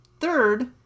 Third